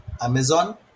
Amazon